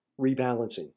rebalancing